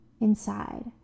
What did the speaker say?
inside